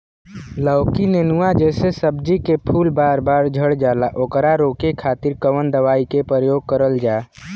लौकी नेनुआ जैसे सब्जी के फूल बार बार झड़जाला ओकरा रोके खातीर कवन दवाई के प्रयोग करल जा?